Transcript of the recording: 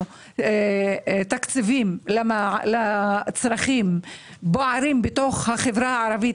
תקציבים לצרכים בוערים בתוך החברה הערבית,